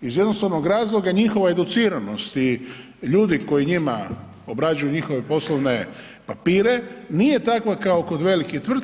iz jednostavno razloga njihove educiranosti ljudi koji njima obrađuju njihove poslovne papire nije takva kao kod velikih tvrtki.